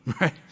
Right